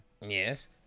yes